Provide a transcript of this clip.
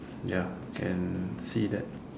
ya can see that